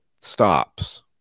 stops